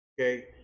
okay